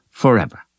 forever